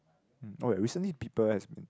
oh ya recently people has been